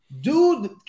Dude